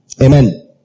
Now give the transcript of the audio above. Amen